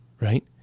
Right